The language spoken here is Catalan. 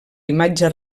imatge